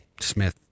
smith